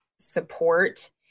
support